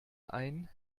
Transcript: ein